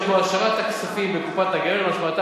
שבו השארת הכספים בקופת הגמל משמעותה